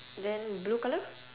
then blue colour